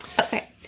Okay